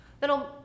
that'll